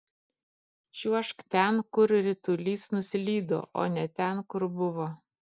čiuožk ten kur ritulys nuslydo o ne ten kur buvo